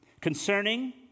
concerning